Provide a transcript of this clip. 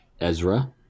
Ezra